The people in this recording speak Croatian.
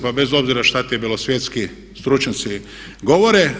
Pa bez obzira šta ti bjelosvjetski stručnjaci govore.